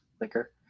liquor